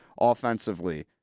offensively